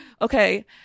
okay